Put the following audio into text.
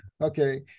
Okay